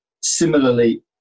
Similarly